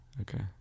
Okay